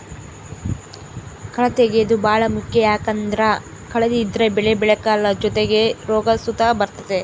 ಕಳೇ ತೆಗ್ಯೇದು ಬಾಳ ಮುಖ್ಯ ಯಾಕಂದ್ದರ ಕಳೆ ಇದ್ರ ಬೆಳೆ ಬೆಳೆಕಲ್ಲ ಜೊತಿಗೆ ರೋಗ ಸುತ ಬರ್ತತೆ